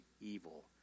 evil